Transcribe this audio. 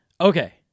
okay